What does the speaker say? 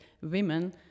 women